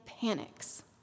panics